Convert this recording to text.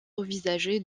envisagés